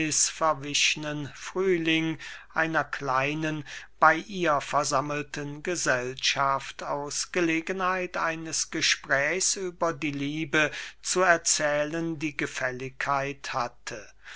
frühling einer kleinen bey ihr versammelten gesellschaft aus gelegenheit eines gesprächs über die liebe zu erzählen die gefälligkeit hatte